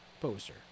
poster